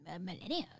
Millennia